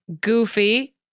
goofy